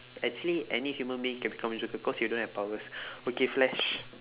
actually any human being can become joker cause he don't have powers okay flash